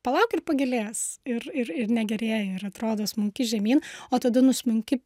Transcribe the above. palauk ir pagerės ir ir negerėja ir atrodo smunki žemyn o tada nusmunki